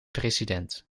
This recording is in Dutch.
president